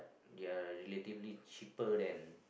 they are relatively cheaper than